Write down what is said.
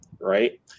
right